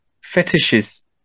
fetishes